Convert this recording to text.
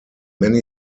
many